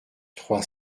trois